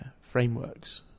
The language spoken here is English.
frameworks